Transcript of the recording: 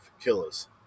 Killers